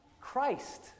Christ